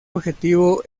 objetivo